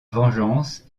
vengeance